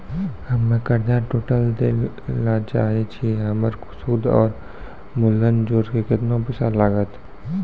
हम्मे कर्जा टोटल दे ला चाहे छी हमर सुद और मूलधन जोर के केतना पैसा लागत?